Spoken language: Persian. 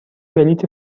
بلیط